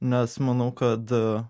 nes manau kad